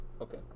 Okay